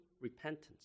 repentance